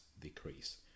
decrease